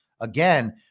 again